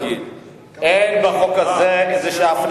עוד כמה יש?